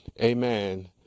amen